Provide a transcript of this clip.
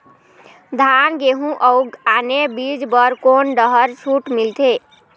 धान गेहूं अऊ आने बीज बर कोन डहर छूट मिलथे?